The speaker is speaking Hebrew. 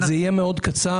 זה יהיה קצר מאוד.